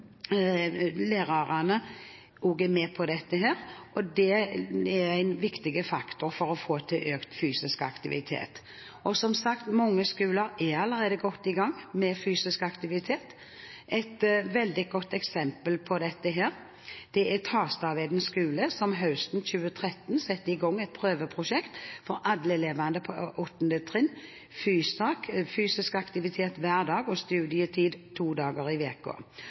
lærerne også er med på dette. Det er en viktig faktor for å få til økt fysisk aktivitet. Som sagt er mange skoler allerede godt i gang med fysisk aktivitet. Et veldig godt eksempel på det er Tastaveden skole, som høsten 2013 satte i gang et prøveprosjekt for alle elevene på 8. trinn: FYSAK, fysisk aktivitet hver dag og studietid to dager i